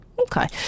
Okay